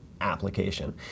application